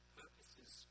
purposes